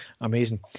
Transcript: Amazing